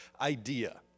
idea